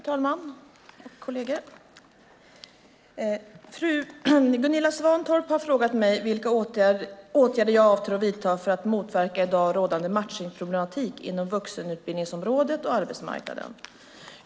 Fru talman! Gunilla Svantorp har frågat mig vilka åtgärder jag avser att vidta för att motverka i dag rådande matchningsproblematik inom vuxenutbildningsområdet och arbetsmarknaden.